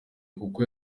kuko